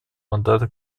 мандата